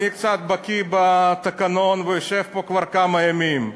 אני קצת בקי בתקנון, ויושב פה כבר כמה ימים.